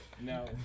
no